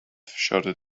shouted